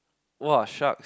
!wah! sharks